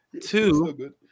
Two